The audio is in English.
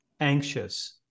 anxious